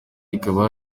ikaba